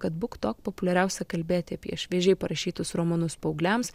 kad buktok populiariausia kalbėti apie šviežiai parašytus romanus paaugliams